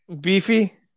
Beefy